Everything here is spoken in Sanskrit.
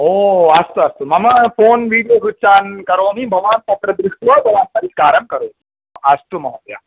ओ अस्तु अस्तु मम फ़ोन् वीडियो स्विच् आन् करोमि भवान् तत्र दृष्ट्वा भवान् परिष्कारं करोति अस्तु महोदय